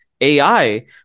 AI